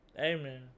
Amen